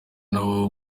nabo